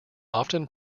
often